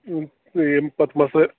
یِم ییٚمہِ پتہٕ مسٲ